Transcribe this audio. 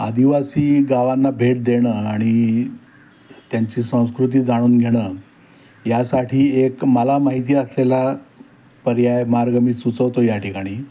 आदिवासी गावांना भेट देणं आणि त्यांची संस्कृती जाणून घेणं यासाठी एक मला माहिती असलेला पर्याय मार्ग मी सुचवतो या ठिकाणी